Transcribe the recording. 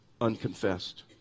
unconfessed